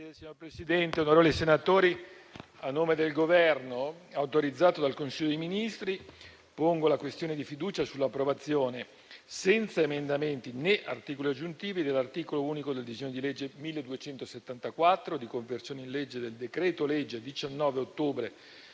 Signor Presidente, onorevoli senatori, a nome del Governo, autorizzato dal Consiglio dei ministri, pongo la questione di fiducia sull'approvazione, senza emendamenti né articoli aggiuntivi, dell'articolo unico del disegno di legge n. 1274, di conversione in legge del decreto-legge 19 ottobre